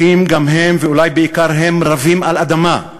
אחים, גם הם, ואולי בעיקר הם, רבים על אדמה.